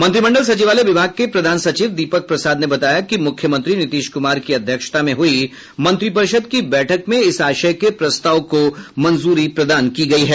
मंत्रिमंडल सचिवालय विभाग के प्रधान सचिव दीपक प्रसाद ने बताया कि मुख्यमंत्री नीतीश कुमार की अध्यक्षता में हुई मंत्रिपरिषद की बैठक में इस आशय के प्रस्ताव को मंजूरी प्रदान की गयी है